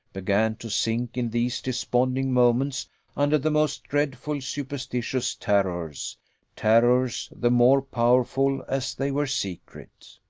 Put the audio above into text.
began to sink in these desponding moments under the most dreadful superstitious terrors terrors the more powerful as they were secret.